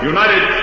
United